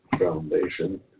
Foundation